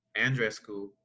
andrescu